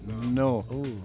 No